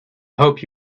hope